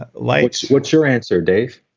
ah light what's your answer, dave?